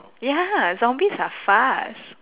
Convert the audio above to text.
ya zombies are fast